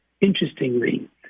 interestingly